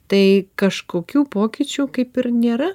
tai kažkokių pokyčių kaip ir nėra